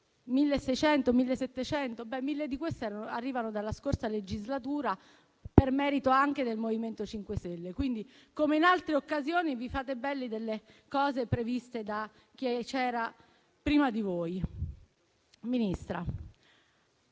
1.700 unità, ma 1.000 di esse arrivano dalla scorsa legislatura per merito anche del MoVimento 5 Stelle. Quindi, come in altre occasioni, vi fate belli delle cose previste da chi c'era prima di voi. Ministra,